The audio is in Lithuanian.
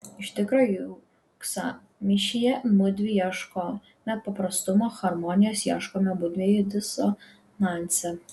iš tikro juk sąmyšyje mudvi ieškome paprastumo harmonijos ieškome mudviejų disonanse